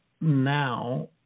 now